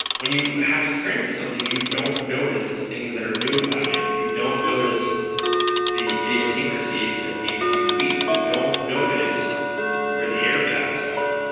when you have experience of something, you don't notice the things that are new about it. you don't notice the idiosyncrasies that need to be tweaked. you don't notice where the air gaps are.